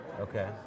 Okay